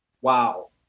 wow